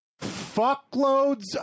fuckloads